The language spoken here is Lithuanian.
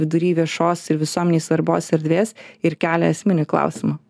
vidury viešos ir visuomenei svarbos erdvės ir kelia esminį klausimą